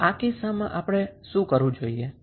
તો આ કિસ્સામાં આપણે શું કરવું જોઈએ